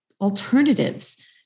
alternatives